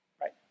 Right